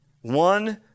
One